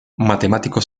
matemático